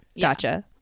gotcha